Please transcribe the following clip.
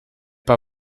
pas